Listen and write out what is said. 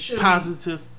positive